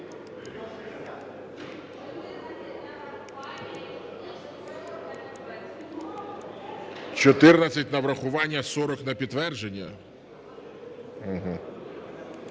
14 – на врахування, 40 – на підтвердження?